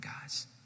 guys